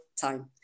time